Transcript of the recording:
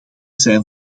zijn